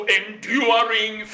enduring